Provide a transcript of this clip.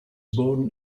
born